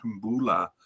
Kumbula